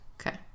Okay